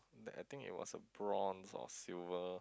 that I think it was a bronze or silver